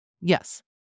Yes